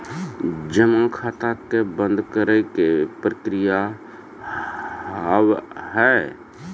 जमा खाता के बंद करे के की प्रक्रिया हाव हाय?